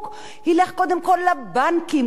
קודם כול לספקים ולאחרים,